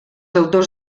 autors